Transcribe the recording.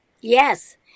Yes